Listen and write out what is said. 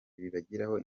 bibagiraho